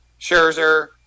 scherzer